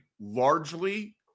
largely